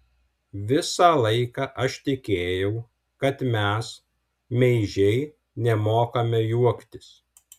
visą laiką aš tikėjau kad mes meižiai nemokame juoktis